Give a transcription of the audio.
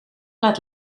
laat